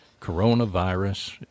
coronavirus